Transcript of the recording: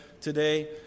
today